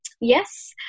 yes